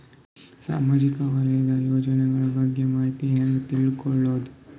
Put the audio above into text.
ಸಾಮಾಜಿಕ ವಲಯದ ಯೋಜನೆಗಳ ಬಗ್ಗೆ ಮಾಹಿತಿ ಹ್ಯಾಂಗ ತಿಳ್ಕೊಳ್ಳುದು?